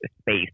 space